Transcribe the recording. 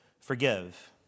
forgive